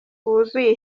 wuzuye